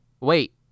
wait